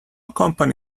company